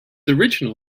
original